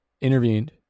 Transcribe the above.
intervened